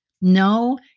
No